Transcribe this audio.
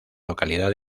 localidad